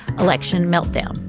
election meltdown.